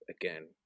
again